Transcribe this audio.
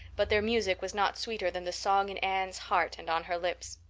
but their music was not sweeter than the song in anne's heart and on her lips.